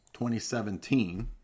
2017